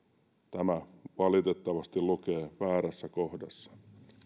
tämä valitettavasti lukee väärässä kohdassa